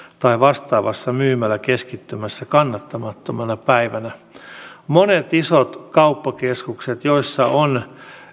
tai vastaavassa myymäläkeskittymässä kannattamattomana päivänä monissa isoissa kauppakeskuksissa on